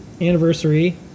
anniversary